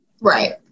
Right